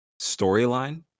storyline